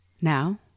Now